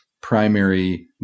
primary